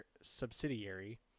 subsidiary